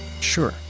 Sure